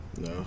No